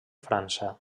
frança